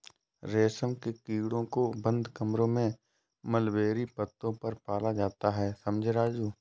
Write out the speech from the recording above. रेशम के कीड़ों को बंद कमरों में मलबेरी पत्तों पर पाला जाता है समझे राजू